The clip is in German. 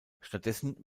stattdessen